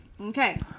Okay